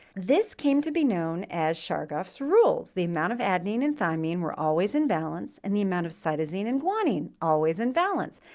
this came to be known as chargaff's rules. the amount of adenine and thymine were always in balance, and the amount of cytosine and guanine, always in balance.